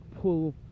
pull